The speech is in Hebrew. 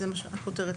זה מה שעושה הכותרת.